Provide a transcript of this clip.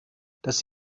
dass